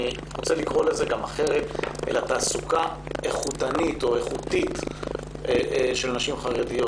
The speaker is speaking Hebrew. אני רוצה לקרוא לזה אחרת: תעסוקה איכותית של נשים חרדיות,